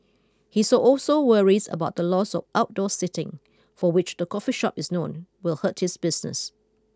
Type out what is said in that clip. he's also worries about the loss of outdoor seating for which the coffee shop is known will hurt his business